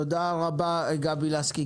תודה רבה, גבי לסקי.